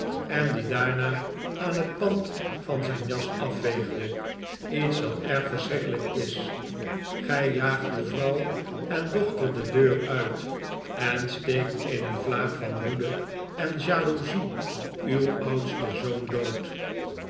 en dien daarna aarr het pand van zijn j as afveegde iets dat erg verschrikkelijk is gij jaagt uw vrouw en dochter de deur uit en steekt in een vlaag van woede en jaloezie uw oudsten zoon dood